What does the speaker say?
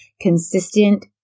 consistent